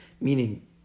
meaning